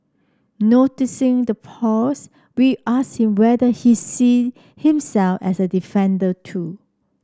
noticing the pause we asked him whether he see himself as a defender too